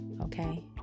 Okay